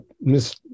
Miss